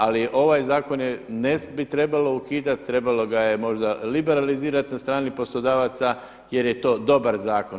Ali ovaj zakon ne bi trebalo ukidati, trebalo ga je možda liberalizirati na strani poslodavaca jer je to dobar zakon.